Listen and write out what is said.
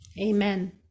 amen